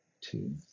two